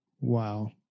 Wow